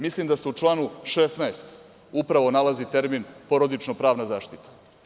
Mislim da se u članu 16. upravo nalazi termin – porodično pravna zaštita.